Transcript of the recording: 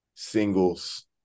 singles